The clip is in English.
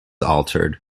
altered